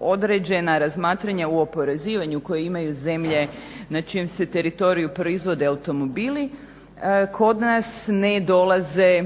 određena razmatranja u oporezivanju koji imaju zemlje na čijem se teritoriju proizvode automobili kod nas ne dolaze